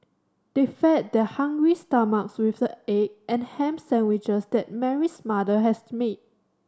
they fed their hungry stomachs with the egg and ham sandwiches that Mary's mother has to make